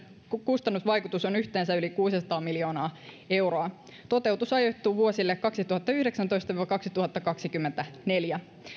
kustannusvaikutus on yhteensä yli kuusisataa miljoonaa euroa toteutus ajoittuu vuosille kaksituhattayhdeksäntoista viiva kaksituhattakaksikymmentäneljä